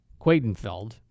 Quadenfeld